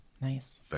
Nice